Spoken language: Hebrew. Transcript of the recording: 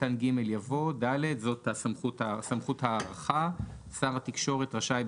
קטן (ג) יבוא: "(ד) שר התקשורת רשאי,